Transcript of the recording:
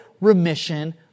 remission